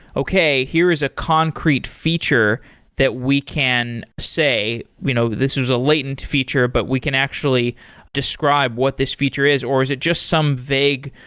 okay, here is a concrete feature that we can say you know this is was a latent feature, but we can actually describe what this feature is, or is it just some vague,